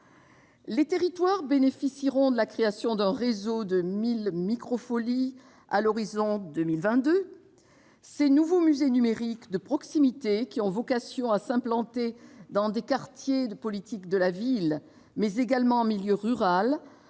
Les territoires bénéficieront de la création d'un réseau de 1 000 Micro-folies à l'horizon de 2022. Ces nouveaux musées numériques de proximité, qui ont vocation à s'implanter dans des quartiers prioritaires de la politique de la ville, mais également en milieu rural,